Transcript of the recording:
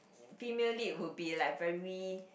female lead would be like very